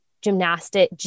gymnastic